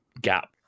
gap